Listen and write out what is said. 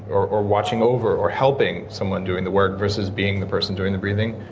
or or watching over, or helping someone doing the work versus being the person doing the breathing?